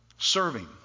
Serving